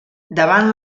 davant